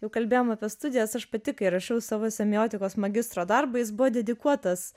jau kalbėjom apie studijas aš pati kai rašau savo semiotikos magistro darbą jis buvo dedikuotas